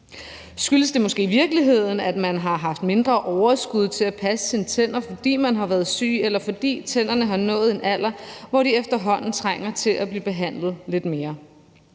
Skyldes det måske i virkeligheden, at man har haft mindre overskud til at passe sine tænder, fordi man har været syg, eller fordi tænderne har nået en alder, hvor de efterhånden trænger til at blive behandlet lidt mere?